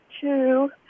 two